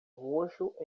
roxo